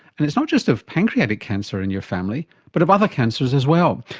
and it's not just of pancreatic cancer in your family but of other cancers as well.